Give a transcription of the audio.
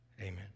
amen